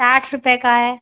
ساٹھ روپئے کا ہے